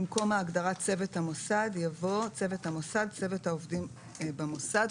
במקום ההגדרה "צוות המוסד" יבוא: ""צוות המוסד" צוות העובדים במוסד".